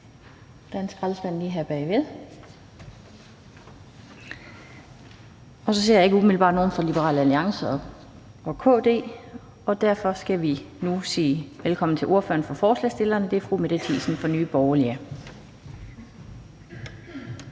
korte bemærkninger her. Så ser jeg ikke umiddelbart nogen fra Liberal Alliance og KD, og derfor skal vi nu sige velkommen til ordføreren for forslagsstillerne, og det er fru Mette Thiesen fra Nye Borgerlige.